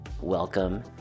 Welcome